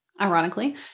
ironically